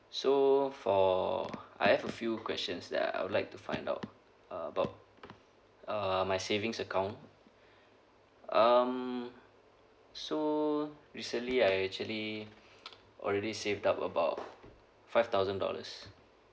so for I have a few questions that I would like to find out about uh my savings account um so recently I actually already saved up about five thousand dollars